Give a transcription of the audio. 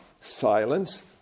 silence